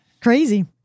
Crazy